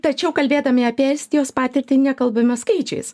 tačiau kalbėdami apie estijos patirtį nekalbame skaičiais